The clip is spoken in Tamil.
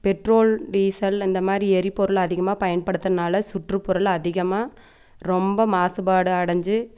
பெட்ரோல் டீசல் இந்த மாதிரி எரிபொருள் அதிகமாக பயன்படுத்தனனால சுற்றுப்புறல் அதிகமாக ரொம்ப மாசுபாடு அடைஞ்சி